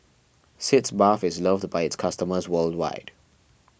Sitz Bath is loved by its customers worldwide